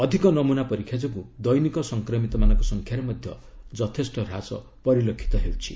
ଅଧିକ ନମୂନା ପରୀକ୍ଷା ଯୋଗୁଁ ଦୈନିକ ସଂକ୍ରମିତମାନଙ୍କ ସଂଖ୍ୟାରେ ମଧ୍ୟ ଯଥେଷ୍ଟ ହ୍ରାସ ପରିଲକ୍ଷିତ ହେଉଛି